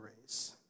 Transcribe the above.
race